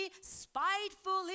spitefully